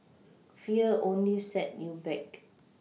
fear only set you back